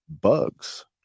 Bugs